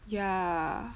ya